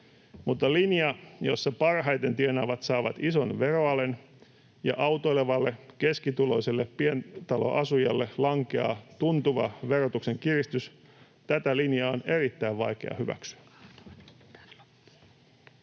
mutta linjaa, jolla parhaiten tienaavat saavat ison veroalen ja autoilevalle keskituloiselle pientaloasujalle lankeaa tuntuva verotuksen kiristys, on erittäin vaikea hyväksyä.